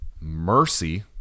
mercy